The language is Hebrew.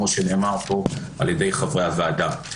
כמו שנאמר פה על ידי חברי הוועדה.